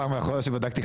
פעם אחרונה שבדקתי,